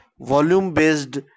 Volume-based